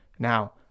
Now